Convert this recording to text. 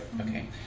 Okay